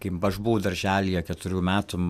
kai aš buvau darželyje keturių metų